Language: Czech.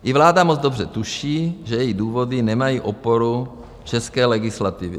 I vláda moc dobře tuší, že její důvody nemají oporu v české legislativě.